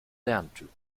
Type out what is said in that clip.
lerntyp